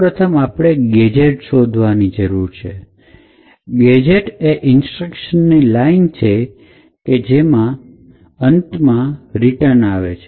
સૌપ્રથમ આપણે ગેજેટ શોધવાની જરૂર છે ગેજેટ એ ઇન્સ્ટ્રક્શન ની લાઈન છે કે જેમાં અંતમાં રીટન આવે છે